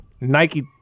Nike